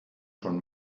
schon